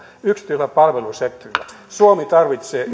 yksityisellä palvelusektorilla suomi tarvitsee